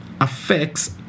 Affects